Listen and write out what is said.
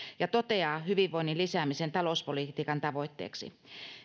ja toteaa hyvinvoinnin lisäämisen talouspolitiikan tavoitteeksi